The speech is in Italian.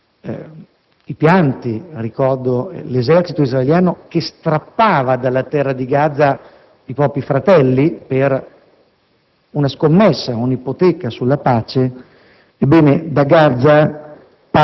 i pianti, ricordo l'esercito israeliano che strappava da quella terra i propri fratelli per una scommessa, per un'ipoteca sulla pace. Ebbene, da Gaza